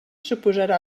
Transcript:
suposarà